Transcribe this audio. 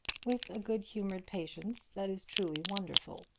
with a good-humoured patience that is truly wonderful.